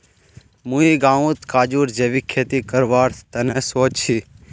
मुई गांउत काजूर जैविक खेती करवार तने सोच छि